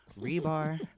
rebar